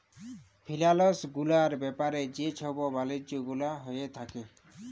ফিলালস গুলার ব্যাপারে যে ছব বালিজ্য গুলা হঁয়ে থ্যাকে